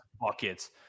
buckets